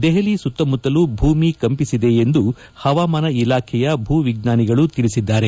ದೆಹಲಿ ಸುತ್ತಮುತ್ತಲೂ ಭೂಮಿ ಕಂಪಿಸಿದೆ ಎಂದು ಹವಾಮಾನ ಇಲಾಖೆಯ ಭೂ ವಿಜ್ಞಾನಿಗಳು ತಿಳಿಸಿದ್ದಾರೆ